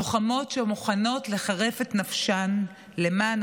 לוחמות שמוכנות לחרף את נפשן למען